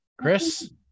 Chris